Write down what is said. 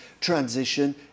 transition